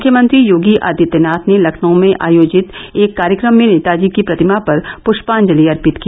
मुख्यमंत्री योगी आदित्यनाथ ने लखनऊ में आयोजित एक कार्यक्रम में नेताजी की प्रतिमा पर प्षांजलि अर्पित की